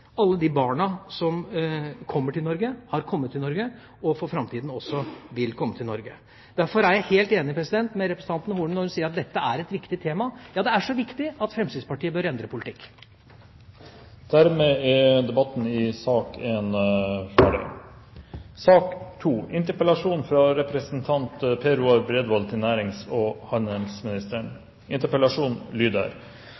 alle de barna som kommer til Norge, dem som har kommet til Norge, og for framtida også dem som vil komme til Norge. Derfor er jeg helt enig med representanten Horne når hun sier at dette er et viktig tema. Ja, det er så viktig at Fremskrittspartiet bør endre sin politikk. Dermed er debatten i sak nr. 1 ferdig. Reiseliv er en